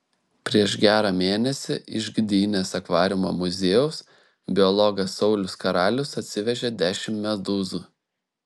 prieš gerą mėnesį iš gdynės akvariumo muziejaus biologas saulius karalius atsivežė dešimt medūzų